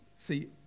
See